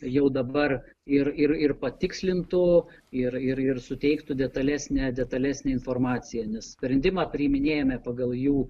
jau dabar ir ir ir patikslintų ir ir ir suteiktų detalesnę detalesnę informaciją nes sprendimą priiminėjame pagal jų